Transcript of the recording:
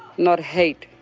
not hate,